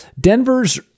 Denver's